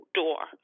door